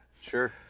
Sure